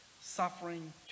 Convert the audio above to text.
suffering